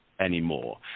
anymore